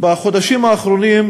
בחודשים האחרונים,